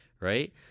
right